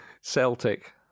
Celtic